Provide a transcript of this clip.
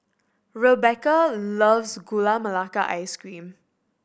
Rebekah loves Gula Melaka Ice Cream